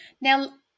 Now